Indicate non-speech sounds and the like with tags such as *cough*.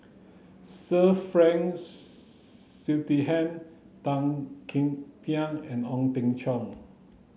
Sir Frank *unintelligible* Tan Ean Kiam and Ong Teng Cheong